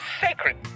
sacred